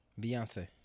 Beyonce